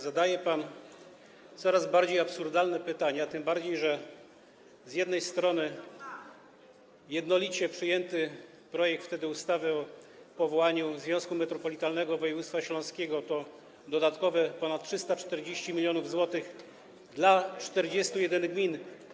Zadaje pan coraz bardziej absurdalne pytania, tym bardziej że z jednej strony jednolicie wtedy przyjęty projekt ustawy o powołaniu związku metropolitarnego w województwie śląskim to dodatkowe ponad 340 mln zł dla 41 gmin.